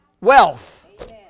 wealth